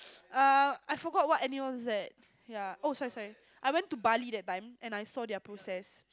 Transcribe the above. uh I forgot what animal is that ya oh sorry sorry I went to Bali that time and I saw their process